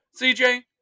CJ